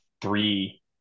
three